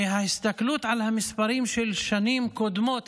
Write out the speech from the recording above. מהסתכלות על המספרים של שנים קודמות